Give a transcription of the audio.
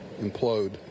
implode